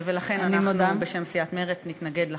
לכן אנחנו, סיעת מרצ, נתנגד לחוק.